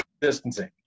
distancing